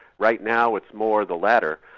right now it's more the latter.